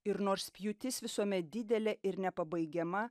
ir nors pjūtis visuomet didelė ir nepabaigiama